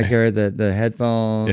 hear the the headphone, yeah